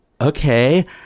Okay